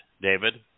David